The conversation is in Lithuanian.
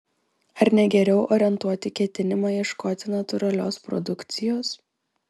ar ne geriau orientuoti ketinimą ieškoti natūralios produkcijos